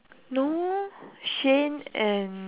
no ah shane and